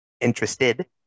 interested